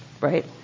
right